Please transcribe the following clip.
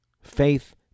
faith